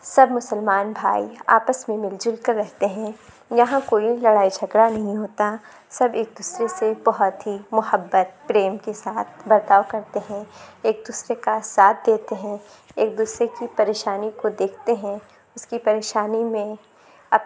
سب مسلمان بھائی آپس میں مل جل کر رہتے ہیں یہاں کوئی لڑائی جھگڑا نہیں ہوتا سب ایک دوسرے سے بہت ہی محبت پریم کے ساتھ برتاؤ کرتے ہیں ایک دوسرے کا ساتھ دیتے ہیں ایک دوسرے کی پریشانی کو دیکھتے ہیں اس کی پریشانی میں اپ